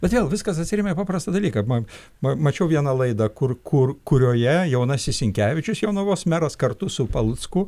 bet vėl viskas atsiremia į paprastą dalyką man ma mačiau vieną laidą kur kur kurioje jaunasis sinkevičius jonavos meras kartu su palucku